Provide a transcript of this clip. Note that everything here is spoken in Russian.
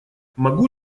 могу